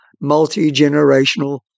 multi-generational